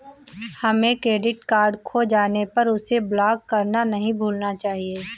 हमें credit card खो जाने पर उसे ब्लॉक करना नहीं भूलना चाहिए